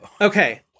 Okay